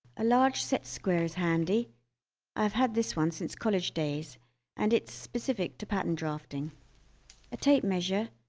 a large set square is handy i have had this one since college days and it's specific to pattern drafting a tape measure